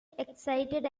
excited